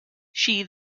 she